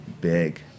big